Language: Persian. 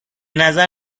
نظر